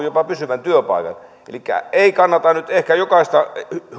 jopa pysyvän työpaikan ei kannata nyt ehkä jokaista